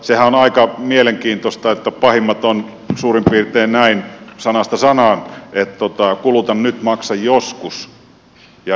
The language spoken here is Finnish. sehän on aika mielenkiintoista että pahimmat ovat suurin piirtein sanasta sanaan näin että kuluta nyt maksa joskus